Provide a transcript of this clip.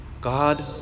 God